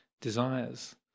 desires